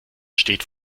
steht